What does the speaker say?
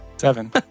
Seven